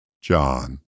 John